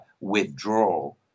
withdrawal